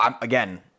again